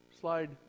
slide